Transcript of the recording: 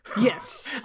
Yes